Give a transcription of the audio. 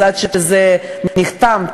אז עד שזה נחתם,